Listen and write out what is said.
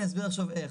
אני אסביר עכשיו איך,